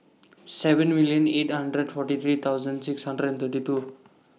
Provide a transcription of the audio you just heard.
seven million eight hundred forty three thousand six hundred and thirty two